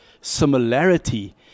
similarity